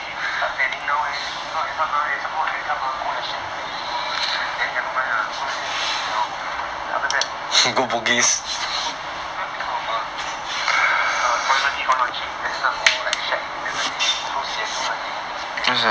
eh we have to start planning now leh if not every time ah end up going the same place ah then never mind lah go the same place then after that I cannot think of some more cannot think of a 同一个地方要去 then end up all like shag and sian then I also do nothing